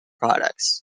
products